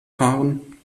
fahren